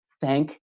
thank